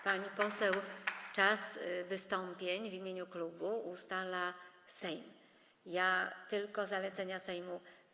Pani poseł, czas wystąpień w imieniu klubów ustala Sejm, ja tylko wykonuję zalecenia Sejmu.